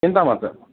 चिन्तामास्तु